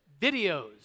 Videos